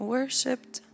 Worshipped